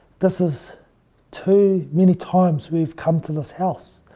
this is too many times we've come to this house.